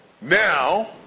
now